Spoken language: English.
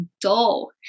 dull